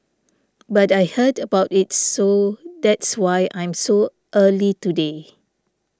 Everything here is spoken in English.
but I heard about it so that's why I'm so early today